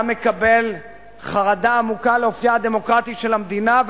אתה מקבל חרדה עמוקה לאופיה הדמוקרטי של המדינה,